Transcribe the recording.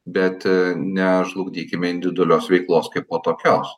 bet nežlugdykime individualios veiklos kaipo tokios